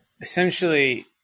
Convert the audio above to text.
essentially